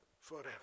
forever